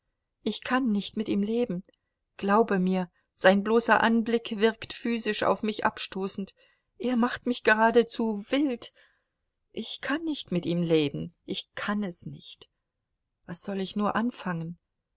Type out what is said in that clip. ich kann nicht mit ihm leben glaube mir sein bloßer anblick wirkt physisch auf mich abstoßend er macht mich geradezu wild ich kann nicht mit ihm leben ich kann es nicht was soll ich nur anfangen